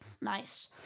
nice